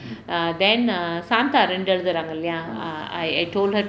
err then err santha இரண்டு எழுதுறாங்க இல்லையா:irandu eluthuraanga illaiyaa err I told her